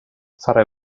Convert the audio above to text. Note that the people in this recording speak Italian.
fare